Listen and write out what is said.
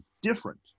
different